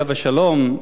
עליו השלום,